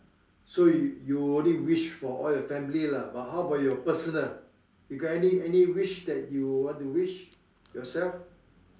so you only wish for all your family lah but how about your personal you got any any wish that you want to wish yourself